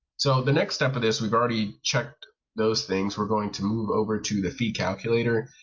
so the next step of this, we've already checked those things we're going to move over to the fee calculator.